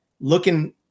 looking